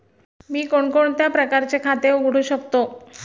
मी कोणकोणत्या प्रकारचे खाते उघडू शकतो?